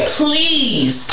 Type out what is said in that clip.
please